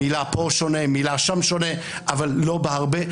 מילה פה שונה, מילה שם שונה, אבל לא בהרבה.